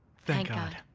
thank god!